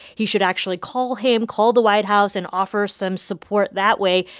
he should actually call him, call the white house and offer some support that way.